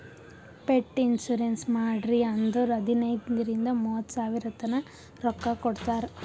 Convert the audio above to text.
pet insurance ಮಾಡ್ರಿ ಅಂದುರ್ ಹದನೈದ್ ರಿಂದ ಮೂವತ್ತ ಸಾವಿರತನಾ ರೊಕ್ಕಾ ಕೊಡ್ತಾರ್